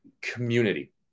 community